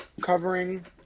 covering